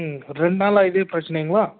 ம் ரெண்டு நாளாக இதே பிரச்சனைங்களா